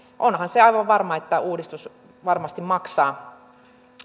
onhan se aivan varmaa että uudistus varmasti maksaa